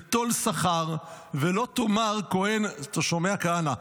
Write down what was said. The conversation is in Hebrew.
וטול שכר, ולא תאמר כהן, אתה שומע, כהנא?